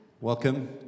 Welcome